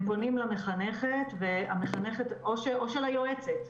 הם פונים למחנכת או ליועצת.